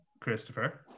christopher